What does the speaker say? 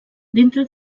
dintre